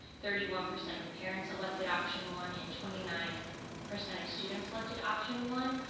thirty one percent of parents elected option one. and twenty nine percent of students elected option one.